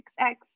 XX